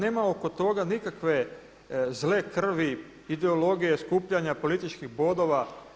Nema oko toga nikakve zle krvi, ideologije, skupljanja političkih bodova.